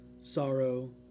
sorrow